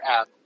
app